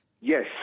Yes